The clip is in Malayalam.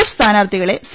എഫ് സ്ഥാനാത്ഥികളെ സി